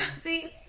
See